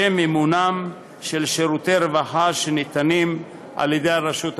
לשם מימונם של שירותי רווחה שניתנים על-ידי הרשות המקומית.